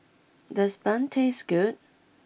does Bun taste good